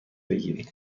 بگیریم